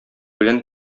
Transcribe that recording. белән